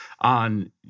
on